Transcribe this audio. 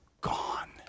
gone